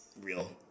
real